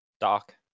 Doc